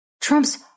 Trump's